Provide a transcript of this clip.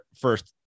first